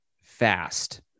fast